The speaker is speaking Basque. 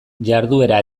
jarduera